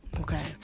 Okay